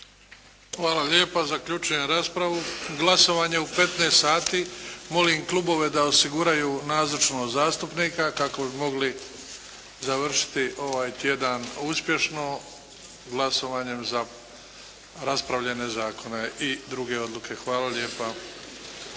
Hvala lijepa. Zaključujem raspravu. Glasovanje je u 15 sati. Molim klubove da osiguraju nazočnost zastupnika kako bi mogli završiti ovaj tjedan uspješno glasovanjem za raspravljene zakone i druge odluke. Hvala lijepa.